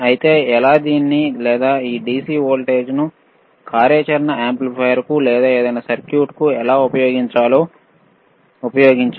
అయితే ఎలా దీన్ని లేదా ఈ DC వోల్టేజ్ను ఆపరేషనల్ యాంప్లిఫైయర్లకు లేదా ఏదైనా సర్క్యూట్కు ఎలా ఉపయోగించాలో ఉపయోగించండి